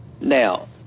now